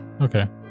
Okay